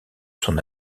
son